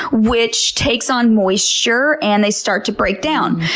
which takes on moisture, and they start to break down.